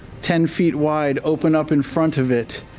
ten feet wide open up in front of it,